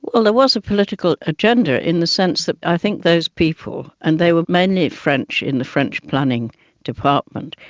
and there was a political agenda in the sense that i think those people, and they were mainly french in the french planning department,